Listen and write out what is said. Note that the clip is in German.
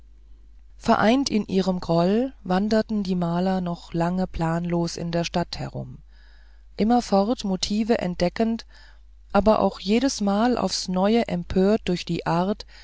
vereint in ihrem groll wanderten die maler noch lange planlos in der stadt herum immerfort motive entdeckend aber auch jedesmal aufs neue empört durch die art